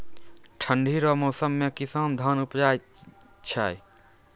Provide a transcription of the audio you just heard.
ठंढी रो मौसम मे किसान धान उपजाय छै